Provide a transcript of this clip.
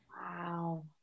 Wow